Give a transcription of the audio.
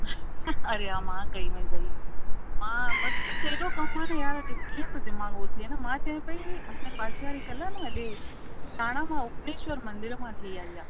अरे यार मां कई मेझई मां बस ॾिसे थो कम आहिनि यार कीअं त दिमाग़ हो थिए मां चए पई असांजे पासे वारी कल्ह न हेॾे पाण मां उपनेश्वर मंदर मां थी आई आ